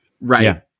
Right